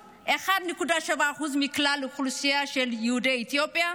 1.7% מכלל האוכלוסייה של יהודי אתיופיה.